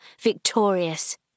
victorious